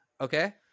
Okay